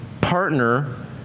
partner